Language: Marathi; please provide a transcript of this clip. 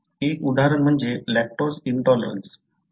एक उदाहरण म्हणजे लॅक्टोज इंटॉलरन्स